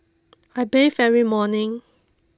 I bathe every morning